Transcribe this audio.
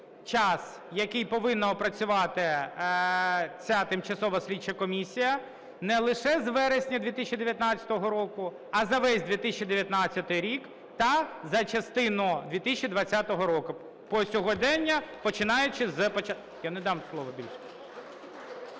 який повинна опрацювати ця тимчасова слідча комісія, не лише з вересня 2019 року, а за весь 2019 рік та за частину 2020 року